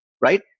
Right